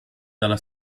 dalla